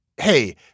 hey